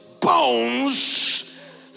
bones